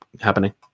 happening